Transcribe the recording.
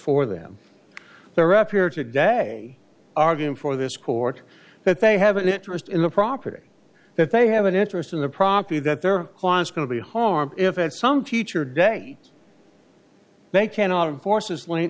for them they're up here today arguing for this court that they have an interest in the property that they have an interest in the property that their client's going to be harmed if at some teacher day they cannot enforce